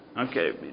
Okay